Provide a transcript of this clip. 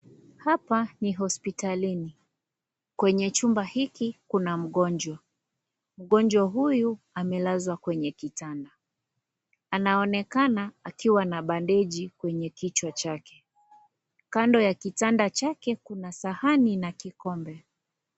Hapa ni hospitalini. Kwenye chumba hiki kuna mgonjwa. Mgonjwa huyu amelazwa kwenye kitanda. Anaonekana akiwa na bandeji kwenye kichwa chake. Kando na kitanda chake kuna sahani na kikombe.